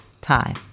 Time